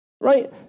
Right